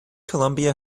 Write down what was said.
columbia